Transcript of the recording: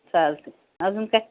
चालते अजून काय